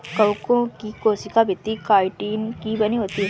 कवकों की कोशिका भित्ति काइटिन की बनी होती है